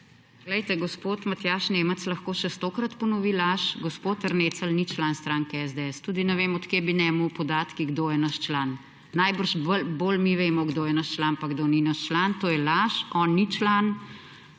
SDS):** Gospod Matjaž Nemec lahko še stokrat ponovi laž, gospod Ernecl ni član stranke SDS. Tudi ne vem, od kod bi njemu podatki, kdo je naš član. Najbrž bolj mi vemo, kdo je naš član pa kdo ni naš član. To je laž. On ni član.